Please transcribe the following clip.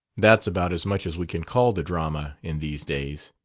that's about as much as we can call the drama in these days.